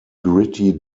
gritty